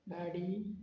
गाडी